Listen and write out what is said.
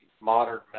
modern